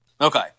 Okay